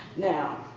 now,